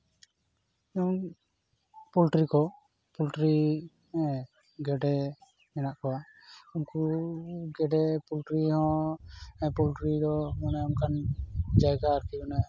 ᱱᱚᱜᱼᱚᱭ ᱯᱳᱞᱴᱨᱤ ᱠᱚ ᱦᱮᱸ ᱯᱳᱞᱴᱨᱤ ᱜᱮᱰᱮ ᱢᱮᱱᱟᱜ ᱠᱚᱣᱟ ᱩᱱᱠᱩ ᱜᱮᱰᱮ ᱯᱳᱞᱴᱨᱤ ᱦᱚᱸ ᱯᱳᱞᱴᱨᱤ ᱫᱚ ᱚᱱᱠᱟᱱ ᱡᱟᱭᱜᱟ ᱟᱨᱠᱤ